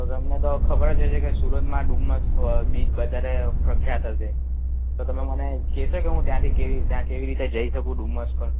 તો તમને તો ખબર જ હશે કે સુરતમાં ડુમસ બીચ વધારે પ્રખ્યાત હશે તો તમે મને કહેશો કે હુ ત્યાંથી કેવી ત્યાં કેવી રીતે જઈ શકું ડુમસ પર